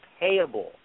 payable